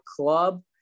club